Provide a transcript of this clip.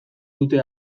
dute